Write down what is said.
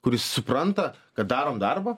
kuris supranta kad darom darbą